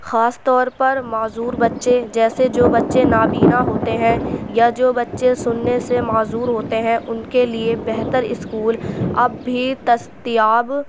خاص طور پر معذور بچے جیسے جو بچے نابینا ہوتے ہیں یا جو بچے سُننے سے معذور ہوتے ہیں اُن کے لیے بہتر اسکول اب بھی دستیاب